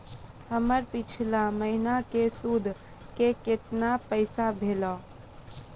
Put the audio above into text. हमर पिछला महीने के सुध के केतना पैसा भेलौ?